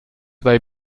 they